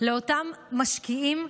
לאותם משקיעים,